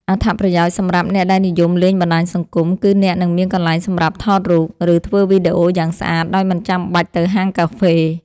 អត្ថប្រយោជន៍សម្រាប់អ្នកដែលនិយមលេងបណ្ដាញសង្គម គឺអ្នកនឹងមានកន្លែងសម្រាប់ថតរូប ឬធ្វើវីដេអូយ៉ាងស្អាតដោយមិនចាំបាច់ទៅហាងកាហ្វេ។